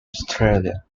australia